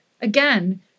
again